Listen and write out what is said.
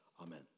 amen